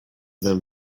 them